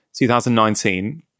2019